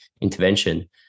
intervention